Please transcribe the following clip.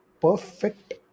perfect